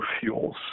fuels